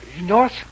north